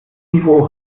niveau